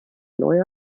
neue